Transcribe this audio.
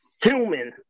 Human